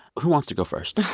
who wants to go first?